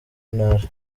ntara